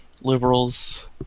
liberals